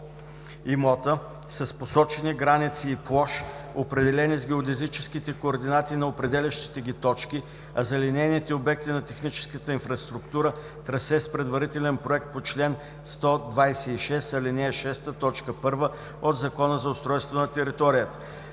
имота, с посочени граници и площ, определени с геодезическите координати на определящите ги точки, а за линейните обекти на техническата инфраструктура – трасе с предварителен проект по чл. 126, ал. 6, т. 1 от Закона за устройство на територията.